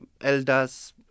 elders